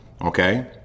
Okay